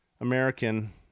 American